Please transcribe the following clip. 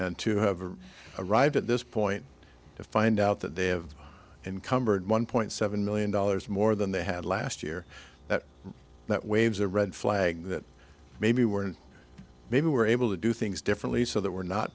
and to have a arrive at this point to find out that they have encumbered one point seven million dollars more than they had last year that that waves a red flag that maybe we're maybe were able to do things differently so that we're not